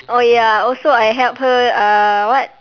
oh ya also I help her uh what